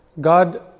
God